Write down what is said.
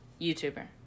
Youtuber